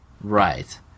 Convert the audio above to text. Right